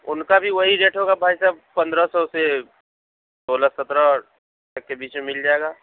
اُن کا بھی وہی ریٹ ہوگا بھائی صاحب پندرہ سو سے سولہ سترہ تک کے بیچ میں مل جائے گا